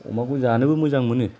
अमाखौ जानोबो मोजां मोनो